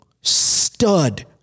stud